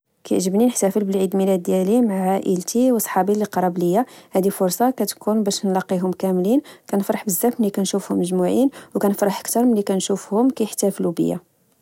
كنحب نحتافل بعيد ميلادي مع عائلتي وصحابي لقراب ليا، هدي فرصة كتكون باش نلاقيهوم كاملين ، كنف ح بزاف ملي كنشوفهم مجموعين، وكنفرح كتر ملي كنشوفهم كحتافلو بيا